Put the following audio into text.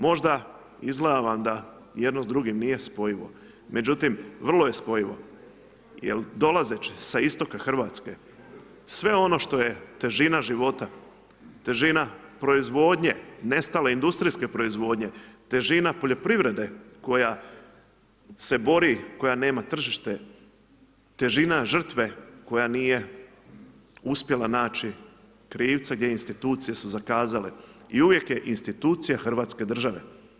Možda izgleda vam da jedno s drugim nije spojivo, međutim vrlo je spojivo jer dolazeći sa istoka Hrvatske, sve ono što je težina života, težina proizvodnje, nestale industrijske proizvodnje, težina poljoprivrede koja se bori, koja nema tržište, težina žrtve koja nije uspjela naći krivca, gdje institucije su zakazale i uvijek je institucija hrvatske države.